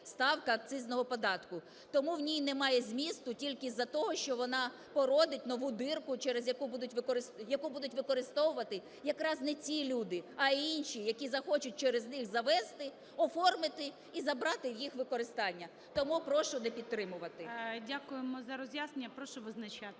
ставка акцизного податку. Тому в ній немає змісту тільки з-за того, що вона породить нову дірку, через яку будуть… яку будуть використовувати якраз не ті люди, а інші, які захочуть через них завезти, оформити і забрати їх в використання. Тому прошу не підтримувати. ГОЛОВУЮЧИЙ. Дякуємо за роз'яснення. Прошу визначатися.